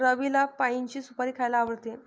रवीला पाइनची सुपारी खायला आवडते